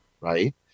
right